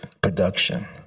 production